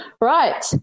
Right